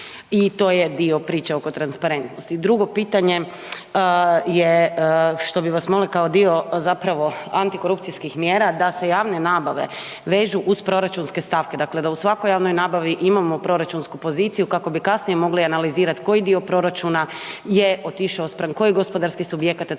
I to je dio priče oko transparentnosti. Drugo pitanje je što bi vas molili kao dio zapravo antikorupcijskih mjera da se javne nabave vežu uz proračunske stavke, dakle da u svakoj javnoj nabavi imamo proračunsku poziciju kako bi kasnije mogli analizirati koji dio proračun je otišao spram kojih gospodarskih subjekata, to